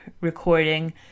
recording